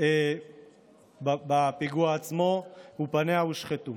בפיגוע עצמו ופניה הושחתו.